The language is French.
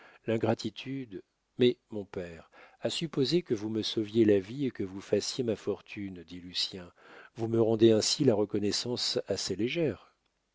l'ingratitude mais mon père à supposer que vous me sauviez la vie et que vous fassiez ma fortune dit lucien vous me rendez ainsi la reconnaissance assez légère